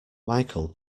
michael